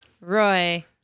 Roy